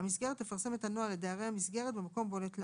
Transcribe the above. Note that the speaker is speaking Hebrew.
המסגרת תפרסם את הנוהל לדיירי המסגרת במקום בולט לעין,